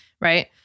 Right